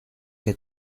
che